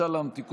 משאל עם (תיקון,